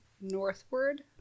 northward